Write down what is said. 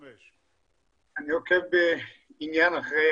אני עוקב בעניין אחרי